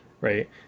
Right